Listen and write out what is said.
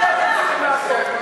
זה מה שאתם צריכים לעשות.